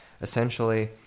essentially